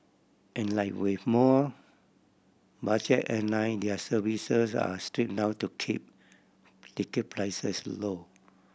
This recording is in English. and like with more budget airline their services are strip down to keep ticket prices low